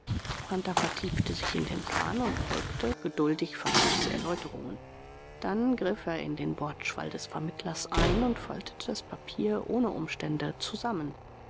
hunter vertiefte sich in den plan und folgte geduldig fantigs erläuterungen dann griff er in den wortschwall des vermittlers ein und faltete das papier ohne umstände zusammen